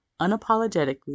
unapologetically